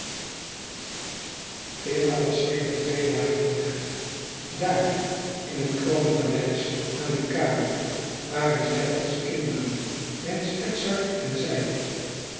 vera was sedert twee dagen weg daar in het kroonpaleis aan de kade waren zij als kinderen prins edzard en zij